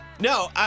No